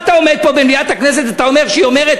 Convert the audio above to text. מה אתה עומד פה במליאת הכנסת ואומר שכשהיא אומרת